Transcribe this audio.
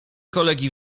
kolegi